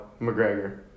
McGregor